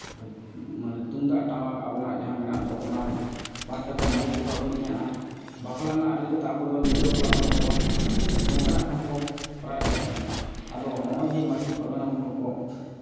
ᱢᱟᱱᱮ ᱛᱩᱢᱫᱟᱜ ᱴᱟᱢᱟᱠ ᱟᱵᱚᱱᱟᱜ ᱡᱟᱦᱟᱸ ᱢᱮᱱᱟᱜ ᱫᱚ ᱚᱱᱟ ᱵᱟᱫ ᱠᱟᱛᱮ ᱢᱟᱭᱤᱠ ᱠᱚᱠᱚ ᱟᱹᱜᱩᱭᱮᱫ ᱛᱟᱦᱮᱱᱟ ᱵᱟᱯᱞᱟ ᱨᱮᱱᱟᱜ ᱟᱹᱨᱤ ᱞᱮᱠᱟᱛᱮ ᱟᱵᱚ ᱫᱚ ᱧᱤᱫᱟᱹ ᱵᱟᱯᱞᱟ ᱵᱟᱹᱱᱩᱜ ᱛᱟᱵᱚᱱᱟ ᱱᱚᱝᱠᱟᱱᱟᱜ ᱠᱚᱦᱚᱸ ᱠᱚ ᱠᱚᱨᱟᱣ ᱮᱫ ᱛᱟᱦᱮᱸᱫ ᱠᱟᱱᱟ ᱟᱫᱚ ᱱᱚᱜᱼᱚᱭ ᱡᱮ ᱢᱟᱺᱡᱷᱤ ᱯᱟᱨᱜᱟᱱᱟ ᱢᱚᱦᱚᱞ ᱠᱚ